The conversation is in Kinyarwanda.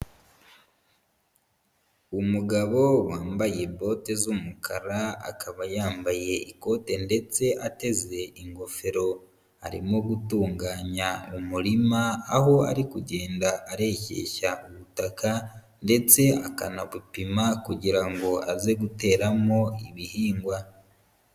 Umugabo wambaye bote z'umukara, akaba yambaye ikote ndetse ateze ingofero, arimo gutunganya umurima, aho ari kugenda areshyeshya ubutaka, ndetse akanabupima kugira ngo aze guteramo ibihingwa.